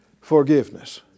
forgiveness